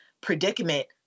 predicament